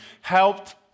helped